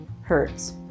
Hertz